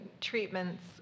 treatments